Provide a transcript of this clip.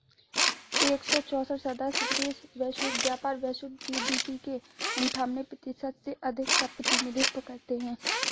एक सौ चौसठ सदस्य देश वैश्विक व्यापार, वैश्विक जी.डी.पी के अन्ठान्वे प्रतिशत से अधिक का प्रतिनिधित्व करते हैं